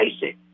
basic